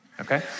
okay